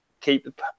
keep